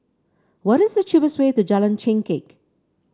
what is the cheapest way to Jalan Chengkek